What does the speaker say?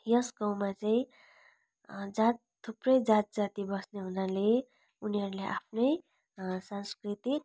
यस गाउँमा चाहिँ जात थुप्रै जात जाति बस्ने हुनाले उनीहरूले आफ्नै सांस्कृतिक